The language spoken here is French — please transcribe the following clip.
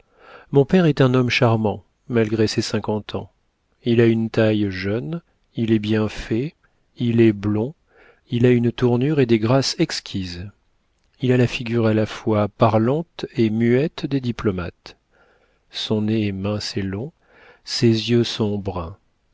mon père est un homme charmant malgré ses cinquante ans il a une taille jeune il est bien fait il est blond il a une tournure et des grâces exquises il a la figure à la fois parlante et muette des diplomates son nez est mince et long ses yeux sont bruns